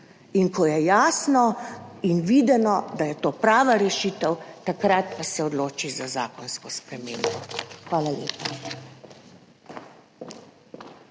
in ko je jasno in videno, da je to prava rešitev, takrat pa se odločiš za zakonsko spremembo. Hvala lepa.